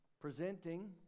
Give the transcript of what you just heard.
Presenting